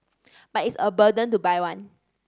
but it's a burden to buy one